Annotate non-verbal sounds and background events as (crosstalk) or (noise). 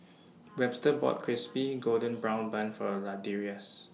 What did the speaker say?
(noise) Webster bought Crispy Golden Brown Bun For Ladarius